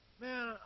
Man